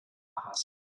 asked